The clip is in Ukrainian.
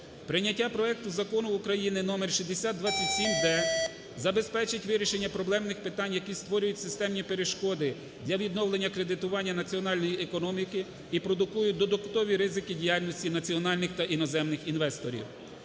Прийняття проекту Закону України № 6027-д забезпечить вирішення проблемних питань, які створюють системні перешкоди для відновлення кредитування національної економіки і продукують додаткові ризики діяльності національних та іноземних інвесторів.